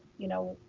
you know,